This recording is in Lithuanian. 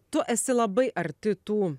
tu esi labai arti tų